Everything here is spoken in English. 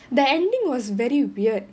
the ending was very weird